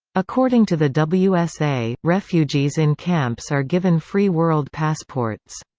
according to the wsa, refugees in camps are given free world passports.